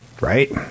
right